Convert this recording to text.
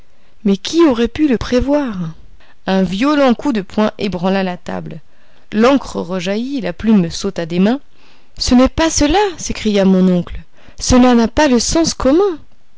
mais qui aurait pu le prévoir un violent coup de poing ébranla la table l'encre rejaillit la plume me sauta des mains ce n'est pas cela s'écria mon oncle cela n'a pas le sens commun